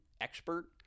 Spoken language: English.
expert